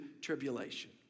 tribulation